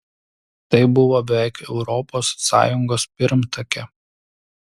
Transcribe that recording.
tai buvo beveik europos sąjungos pirmtakė